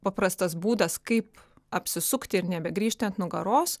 paprastas būdas kaip apsisukti ir nebegrįžti ant nugaros